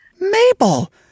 Mabel